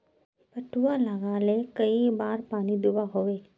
पटवा लगाले कई बार पानी दुबा होबे?